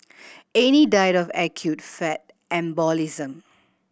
Annie died of acute fat embolism